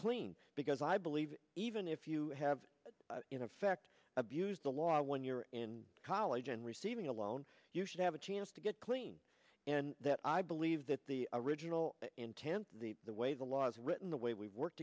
clean because i believe even if you have in effect abused the law when you're in college and receiving a loan you should have a chance to get clean and that i believe that the original intent the way the law is written the way we work